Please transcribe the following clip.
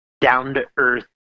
down-to-earth